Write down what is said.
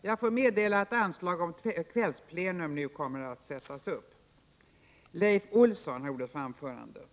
Jag får meddela att anslag nu satts upp om att detta sammanträde skall fortsätta efter kl. 19.00.